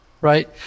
Right